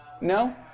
No